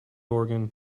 organ